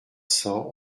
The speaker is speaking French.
cents